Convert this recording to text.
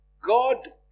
God